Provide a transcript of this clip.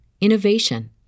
innovation